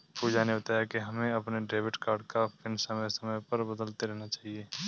पूजा ने बताया कि हमें अपने डेबिट कार्ड का पिन समय समय पर बदलते रहना चाहिए